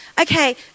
Okay